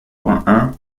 vingt